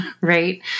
right